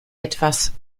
etwas